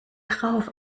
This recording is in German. drauf